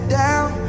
down